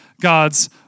God's